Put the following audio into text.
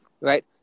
Right